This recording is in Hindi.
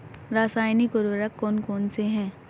रासायनिक उर्वरक कौन कौनसे हैं?